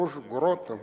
už grotų